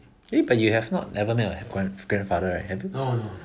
eh but you have not ever met your grandfather right have you